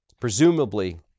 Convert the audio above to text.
Presumably